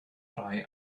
rhai